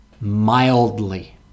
mildly